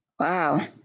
Wow